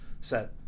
set